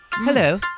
Hello